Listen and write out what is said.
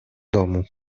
domu